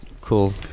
cool